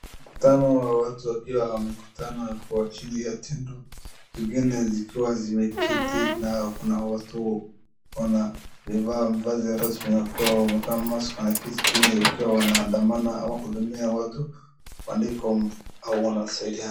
Mkutana wa watu wakiwa wamekutana kwa ajili ya tendo wengine wakiwa wameketi na kuna watu wamevaa mavazi ya rasmi wameketi chini wakiwa wanahudumia watu wanasaidiana.